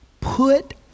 put